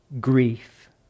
grief